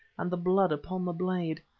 and the blood upon the blade.